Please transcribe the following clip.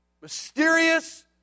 mysterious